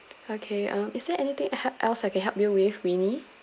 okay um is there anything else I can help you with winnie